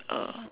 uh